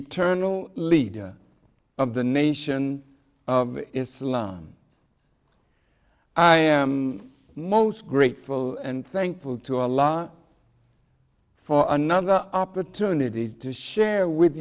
eternal leader of the nation of islam i am most grateful and thankful to a law for another opportunity to share with